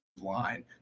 line